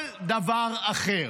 כל דבר אחר,